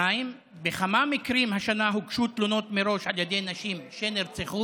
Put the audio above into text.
2. בכמה מקרים השנה הוגשו תלונות מראש על ידי נשים שנרצחו?